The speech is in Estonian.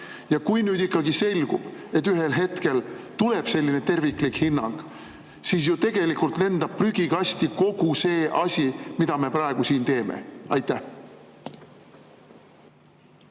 Kui ikkagi selgub, et ühel hetkel tuleb selline terviklik hinnang, siis ju lendab prügikasti kogu see asi, mida me praegu siin teeme. Ma